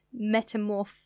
metamorph